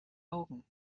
augen